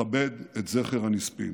לכבד את זכר הנספים.